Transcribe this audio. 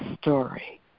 story